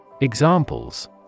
Examples